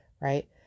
right